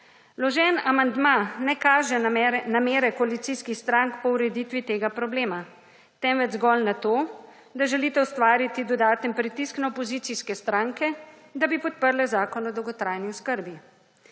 Vložen amandma ne kaže namere koalicijskih strank po ureditvi tega problema, temveč zgolj na to, da želite ustvariti dodaten pritisk na opozicijske stranke, da bi podprle Zakon o dolgotrajni oskrbi.